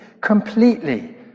completely